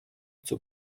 zur